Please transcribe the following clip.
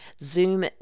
Zoom